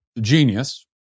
genius